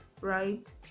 right